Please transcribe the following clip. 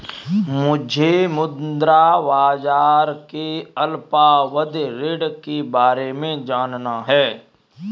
मुझे मुद्रा बाजार के अल्पावधि ऋण के बारे में जानना है